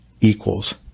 equals